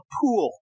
pool